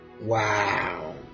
Wow